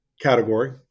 category